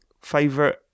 favorite